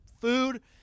food